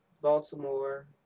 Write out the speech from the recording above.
Baltimore